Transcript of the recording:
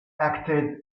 acted